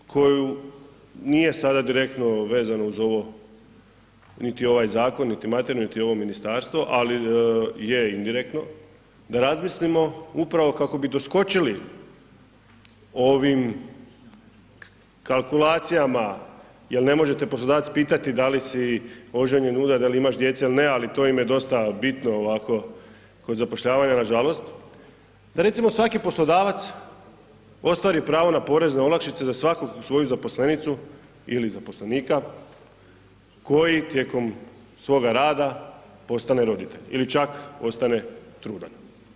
I druga stvar koju nije sada direktno vezano uz ovo niti ovaj zakon, niti materija, niti ovo ministarstvo ali je indirektno da razmislimo upravo kako bi doskočili ovim kalkulacijama, jer ne može te poslodavac pitati da li oženjen, udat, da li imaš djece ili ne, ali to im je dosta bitno ovako kod zapošljavanja nažalost, da recimo svaki poslodavac ostvari pravo na porezne olakšice za svaku svoju zaposlenicu ili zaposlenika koji tijekom svoga rada postane roditelj ili čak ostane trudan.